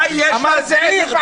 מה יש להסביר?